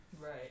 Right